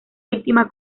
víctima